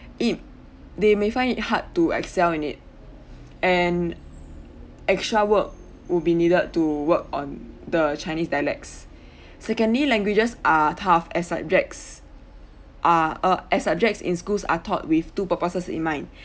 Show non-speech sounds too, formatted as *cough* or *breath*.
it they may find it hard to excel in it and extra work would be needed to work on the chinese dialects *breath* secondly languages are tough as subjects are uh as subjects in schools are taught with two purposes in mind *breath*